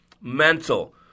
Mental